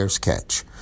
Catch